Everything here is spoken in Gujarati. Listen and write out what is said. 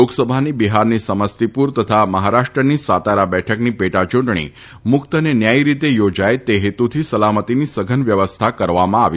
લોકસભાની બિહારની સમસ્તીપુર તથા મહારાષ્ટ્રની સાતારા બેઠકની પેટાચૂંટણી મુક્ત અને ન્યાયી રીતે યોજાય તે હેતુથી સલામતીની સઘન વ્યવસ્થા કરવામાં આવી છે